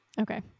Okay